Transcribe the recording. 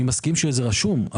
אני מסכים שזה רשום,